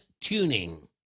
tuning